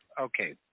okay